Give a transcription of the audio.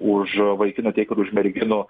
už vaikinų tiek ir už merginų